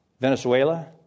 Venezuela